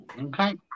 Okay